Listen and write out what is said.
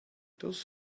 those